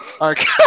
Okay